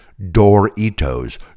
Doritos